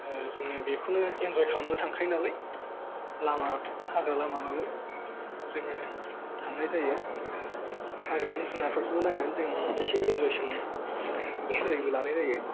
जोङो बेखौनो इनजय खालामनो थांखायो नालाय लामा हाग्रा लामाबाबो जोङो थांनाय जायो हाग्रानि जुनारफोरखौ नायनानै जों एसे इनजयसो मोनो इनजयबो लानाय जायो